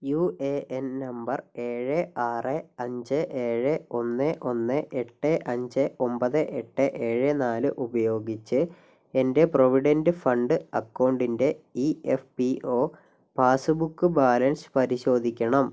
U A N നമ്പർ ഏഴ് ആറ് അഞ്ച് ഏഴ് ഒന്ന് ഒന്ന് എട്ട് അഞ്ച് ഒമ്പത് എട്ട് ഏഴ് നാല് ഉപയോഗിച്ച് എന്റെ പ്രൊവിഡന്റ് ഫണ്ട് അക്കൗണ്ടിൻ്റെ E F P O passbook balance പരിശോധിക്കണം